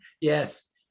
Yes